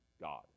God